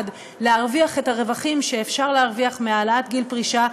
להרוויח את הרווחים שאפשר להרוויח מהעלאת גיל פרישה,